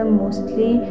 mostly